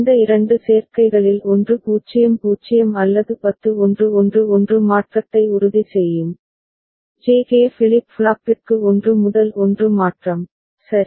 இந்த இரண்டு சேர்க்கைகளில் ஒன்று 00 அல்லது 10 ஒன்று 1 1 மாற்றத்தை உறுதி செய்யும் ஜே கே ஃபிளிப் ஃப்ளாப்பிற்கு 1 முதல் 1 மாற்றம் சரி